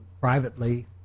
Privately